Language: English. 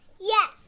Yes